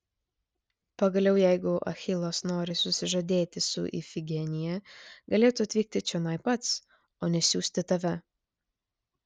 pagaliau jeigu achilas nori susižadėti su ifigenija galėtų atvykti čionai pats o ne siųsti tave